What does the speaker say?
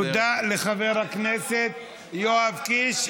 תודה לחבר הכנסת יואב קיש.